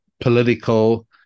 political